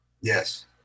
Yes